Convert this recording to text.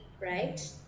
right